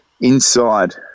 inside